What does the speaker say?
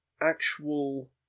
actual